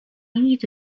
need